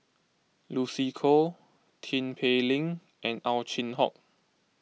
Lucy Koh Tin Pei Ling and Ow Chin Hock